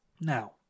Now